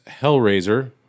Hellraiser